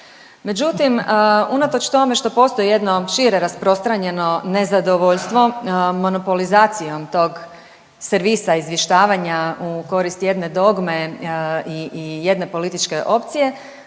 Međutim, unatoč tome što postoji jedno šire rasprostranjeno nezadovoljstvo monopolizacijom tog servisa izvještavanja u korist jedne dogme i jedne političke opcije,